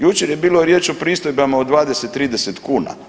Jučer je bilo riječ o pristojbama od 20, 30 kuna.